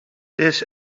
this